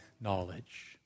knowledge